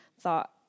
thought